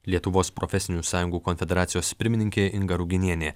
lietuvos profesinių sąjungų konfederacijos pirmininkė inga ruginienė